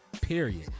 period